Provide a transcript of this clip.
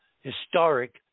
historic